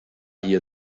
hier